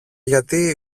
γιατί